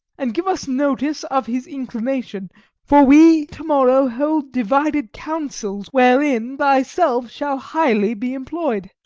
and give us notice of his inclination for we to-morrow hold divided councils, wherein thyself shalt highly be employ'd.